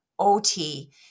OT